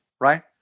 right